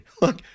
Look